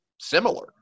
similar